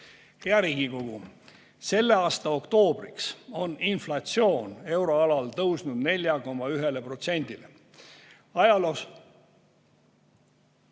Riigikogu! Selle aasta oktoobriks on inflatsioon euroalal tõusnud 4,1%-ni. Ajaloos